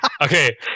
Okay